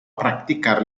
practicar